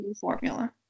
formula